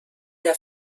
der